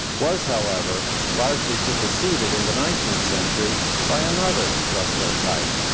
was however largely superseded in the nineteenth century by another structural type.